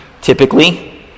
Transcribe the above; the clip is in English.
typically